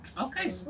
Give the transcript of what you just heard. okay